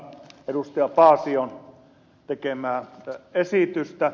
paasion tekemää esitystä